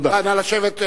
תודה.